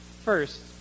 First